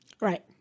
Right